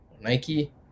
Nike